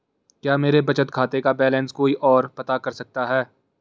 क्या मेरे बचत खाते का बैलेंस कोई ओर पता कर सकता है?